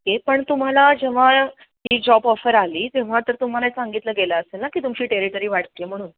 okay पण तुम्हाला जेव्हा ही जॉब ऑफर आली तेव्हा तर तुम्हाला सांगितलं गेलं असेल ना की तुमची टेरिटरी वाढते आहे म्हणून